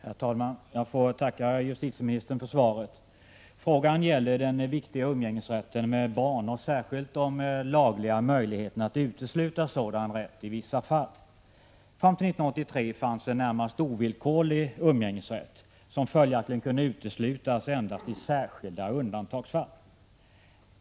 Herr talman! Jag tackar justitieministern för svaret på min fråga. Frågan gäller den viktiga umgängesrätten med barn och särskilt de lagliga möjligheterna att utesluta sådan rätt i vissa fall. Fram till 1983 fanns en närmast ovillkorlig umgängesrätt, som följaktligen kunde uteslutas endast i särskilda undantagsfall.